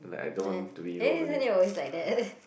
uh and then isn't it always like that